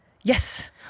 Yes